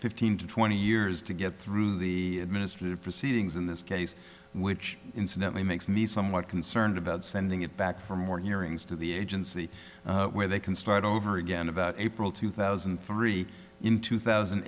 fifteen to twenty years to get through the ministry of proceedings in this case which incidentally makes me somewhat concerned about sending it back for more hearings to the agency where they can start over again about april two thousand and three in two thousand